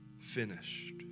finished